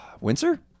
windsor